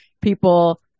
people